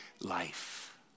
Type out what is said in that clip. life